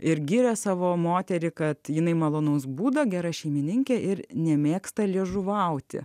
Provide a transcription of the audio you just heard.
ir giria savo moterį kad jinai malonaus būdo gera šeimininkė ir nemėgsta liežuvauti